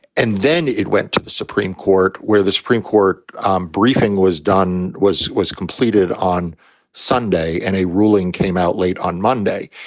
and then it went to the supreme court where the supreme court briefing was done, was was completed on sunday and a ruling came out late on monday.